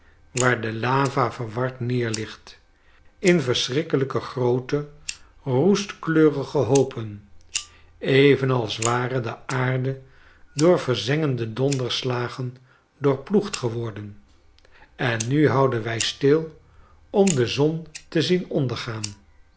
waar de lava ver ward neerligt in verschrikkelijke groote roestkleurige hoopen evenals ware de aarde door verzengde donderslagen doorploegd geworden en nu houden wij stil om de zon te zien ondergaan